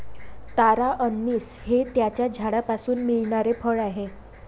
तारा अंनिस हे त्याच्या झाडापासून मिळणारे फळ आहे